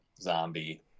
Zombie